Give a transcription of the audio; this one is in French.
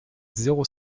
zéro